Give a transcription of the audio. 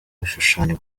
ibishushanyo